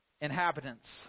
inhabitants